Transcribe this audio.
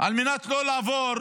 על מנת לא לעבור